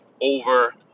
over